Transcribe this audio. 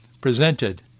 presented